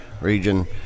region